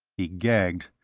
he gagged.